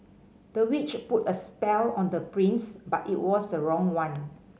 the witch put a spell on the prince but it was the wrong one